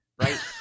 right